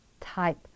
type